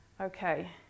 Okay